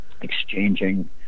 exchanging